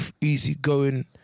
easygoing